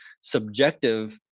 subjective